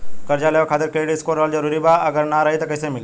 कर्जा लेवे खातिर क्रेडिट स्कोर रहल जरूरी बा अगर ना रही त कैसे मिली?